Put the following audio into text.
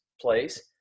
place